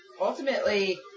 ultimately